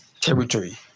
territory